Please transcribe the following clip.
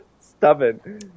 stubborn